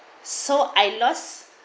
so I lost